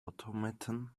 automaton